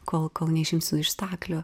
kol kol neišimsiu iš staklių